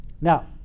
now